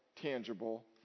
tangible